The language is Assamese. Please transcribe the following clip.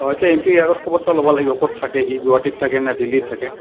অঁ এতিয়া এম পি ৰ আগত খবৰটো ল'ব লাগিব ক'ত থাকে সি গুৱাহাটীত থাকে না দিল্লীত থাকে